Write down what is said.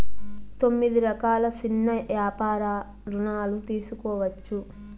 తొమ్మిది రకాల సిన్న యాపార రుణాలు తీసుకోవచ్చు